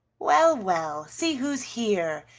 well, well! see who's here!